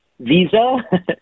Visa